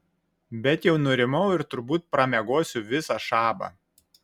bet jau nurimau ir turbūt pramiegosiu visą šabą